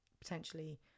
potentially